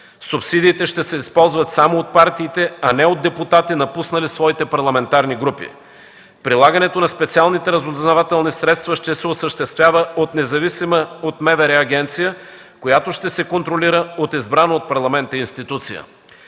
Субсидиите ще се използват само от партиите, а не от депутати, напуснали своите парламентарни групи. Прилагането на специалните разузнавателни средства ще се осъществява от независима от МВР агенция, която ще се контролира от избрана от Парламента институция.